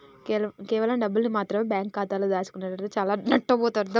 కేవలం డబ్బుల్ని మాత్రమె బ్యేంకు ఖాతాలో దాచుకునేటోల్లు చానా నట్టబోతారు